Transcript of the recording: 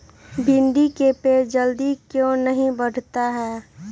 भिंडी का पेड़ जल्दी क्यों नहीं बढ़ता हैं?